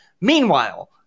Meanwhile